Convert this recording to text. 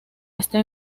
este